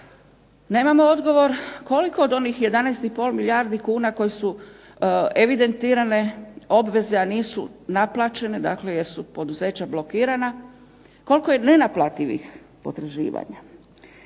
Nemamo odgovor koliko od onih 11,5 milijardi kuna koje su evidentirane obveze, a nisu naplaćene jer su poduzeća blokirana, koliko je nenaplativih potraživanja.